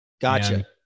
Gotcha